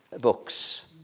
books